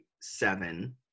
seven